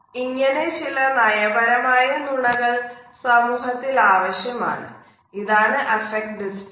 ഇങ്ങനെ ചില നയപരമായ നുണകൾ സമൂഹത്തിൽ ആവശ്യമാണ് ഇതാണ് അഫക്ട് ഡിസ്പ്ലെയ്സ്